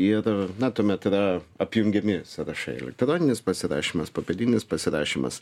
ir na tuomet yra apjungiami sąrašai elektroninis pasirašymas popietinis pasirašymas